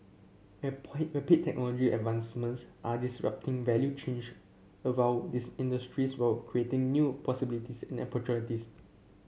rapid technology advancements are disrupting value above this industries while creating new possibilities and opportunities